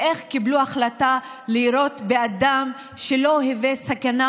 ואיך קיבלו החלטה לירות באדם שלא היווה סכנה,